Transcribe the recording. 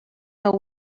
know